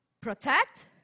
protect